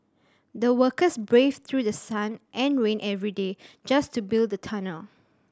the workers braved through sun and rain every day just to build the tunnel